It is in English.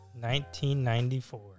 1994